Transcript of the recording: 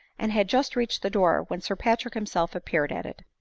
and had just reached the door when sir patrick himself appeared at it.